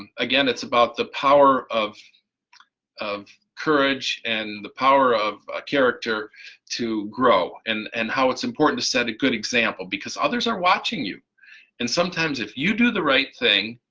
again, it's about the power of of courage and the power of character to grow and and how it's important to set a good example because others are watching you and sometimes if you do the right thing